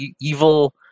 evil